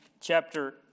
chapter